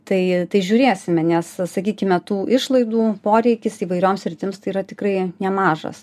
tai tai žiūrėsime nes sakykime tų išlaidų poreikis įvairioms sritims tai yra tikrai nemažas